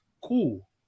Cool